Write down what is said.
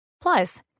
Plus